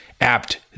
apt